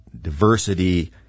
diversity